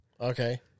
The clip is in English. Okay